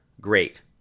Great